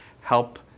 help